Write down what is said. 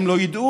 הם לא ידעו.